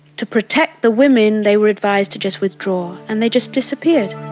to protect the women, they were advised to just withdraw, and they just disappeared.